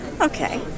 Okay